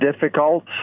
difficult